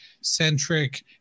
centric